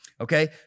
okay